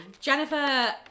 Jennifer